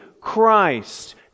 Christ